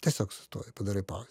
tiesiog sustoji padarai pauzę